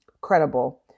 credible